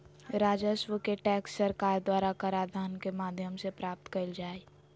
राजस्व के टैक्स सरकार द्वारा कराधान के माध्यम से प्राप्त कइल जा हइ